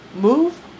Move